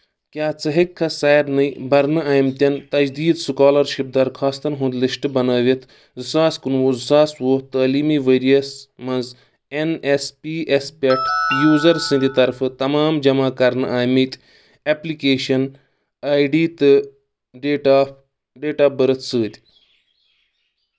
کیٛاہ ژِ ہیٚکہٕ کھا سارنٕے بَرنہٕ آمتیٚن تجدیٖد سُکالرشپ درخواستن ہُنٛد لسٹ بناوِتھ زٕ ساس کُنہٕ وُہ زٕ ساس وُہ تعلیٖمی ؤرۍ یَس مَنٛز این ایس پی ایٚس پٮ۪ٹھ یوزر سٕنٛدۍ طرفہٕ تمام جمع کرنہٕ آمٕتۍ ایپلِکیشن آی ڈی تہٕ date of date of birth سۭتۍ